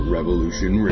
Revolution